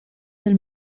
del